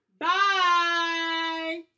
Bye